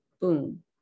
boom